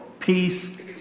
Peace